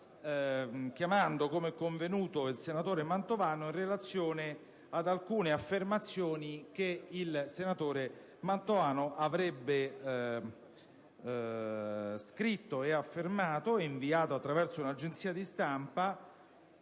chiamando come convenuto il senatore Mantovano in relazione ad alcune affermazioni che lo stesso avrebbe fatto, scritto e inviato attraverso un'agenzia di stampa,